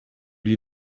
lui